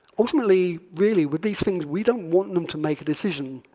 ultimately really with these things, we don't want them to make a decision.